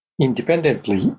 independently